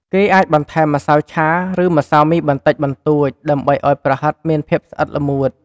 គេអាចបន្ថែមម្សៅឆា ឬម្សៅមីបន្តិចបន្តួច ដើម្បីឱ្យប្រហិតមានភាពស្អិតល្មួត។